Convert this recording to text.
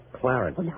Clarence